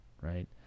right